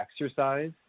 exercise